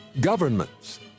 governments